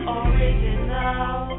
original